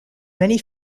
many